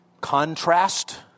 contrast